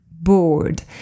bored